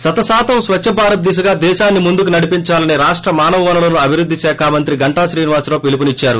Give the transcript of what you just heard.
శతశాతం స్వచ్చభారత్ దిశగా దేశాన్ని ముందుకు నడిపిందాలని రాష్ట మానవ వనరుల అభివృద్ది శాఖ మంత్రి గంటా శ్రీనివాసరావు పిలుపునిద్చారు